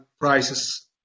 prices